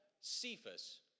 Cephas